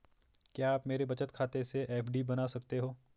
क्या आप मेरे बचत खाते से एफ.डी बना सकते हो?